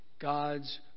God's